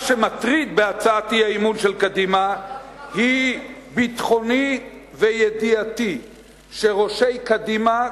מה שמטריד בהצעת האי-אמון זה ביטחוני וידיעתי שראשי קדימה,